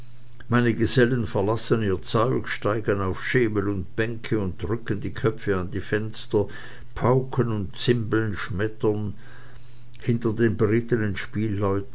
meine gesellen verlassen ihr zeug steigen auf schemel und bänke und drücken die köpfe in die fenster pauken und zimbeln schmettern hinter den berittenen